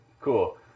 cool